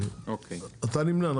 הצבעה 1